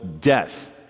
death